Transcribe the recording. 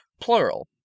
Plural